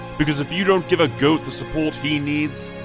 because if you don't give a goat the support he needs,